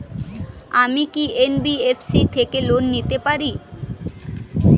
আমি কি এন.বি.এফ.সি থেকে লোন নিতে পারি?